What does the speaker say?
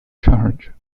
charge